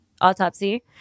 autopsy